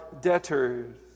debtors